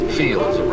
fields